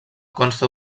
consta